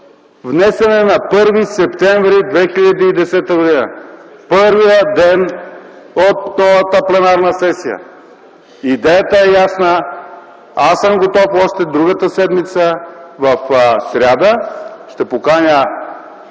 внесен е на 1 септември 2010 г., първия ден от новата пленарна сесия. Идеята е ясна! Аз съм готов още другата седмица, в сряда – ще поканя